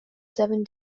seven